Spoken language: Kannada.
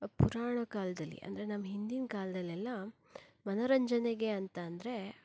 ಪುರಾಣ ಕಾಲದಲ್ಲಿ ಅಂದರೆ ನಮ್ಮ ಹಿಂದಿನ ಕಾಲದಲ್ಲೆಲ್ಲ ಮನೋರಂಜನೆಗೆ ಅಂತ ಅಂದರೆ